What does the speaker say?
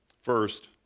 First